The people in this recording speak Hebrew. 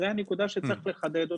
זו הנקודה שצריך לחדד אותה.